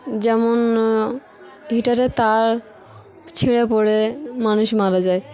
যেমন হিটারে তার ছিঁড়ে পড়ে মানুষ মারা যায়